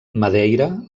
madeira